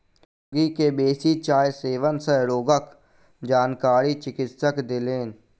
रोगी के बेसी चाय सेवन सँ रोगक जानकारी चिकित्सक देलैन